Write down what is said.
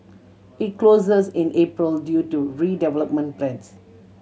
it closes in April due to redevelopment plans